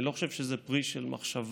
אני לא חושב שזה פרי של מחשבה,